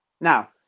Now